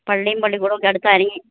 പള്ളിയും പള്ളിക്കൂടമൊക്കെ അടുത്താണെങ്കിൽ